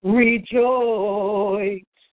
rejoice